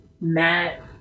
matt